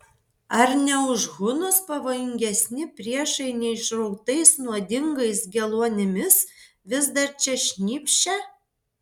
ar ne už hunus pavojingesni priešai neišrautais nuodingais geluonimis vis dar čia šnypščia